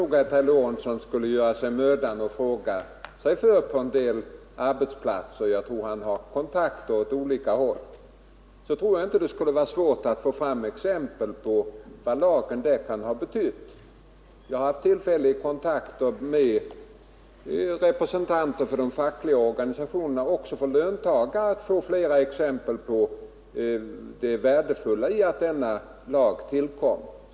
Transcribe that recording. Om herr Lorentzon gjorde sig mödan att fråga sig för på arbetsplatserna — jag tror att han har kontakter åt olika håll — så skulle det nog inte vara svårt för honom att få fram exempel på vad lagen har betytt. Vid kontakter med löntagare och med representan 27 ter för de fackliga organisationerna har jag fått flera exempel på det värdefulla i att denna lag tillkom.